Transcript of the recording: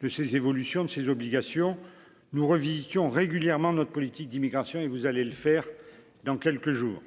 de ces évolutions de ses obligations nous revisitons régulièrement notre politique d'immigration et vous allez le faire dans quelques jours,